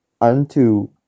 unto